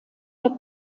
der